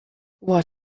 what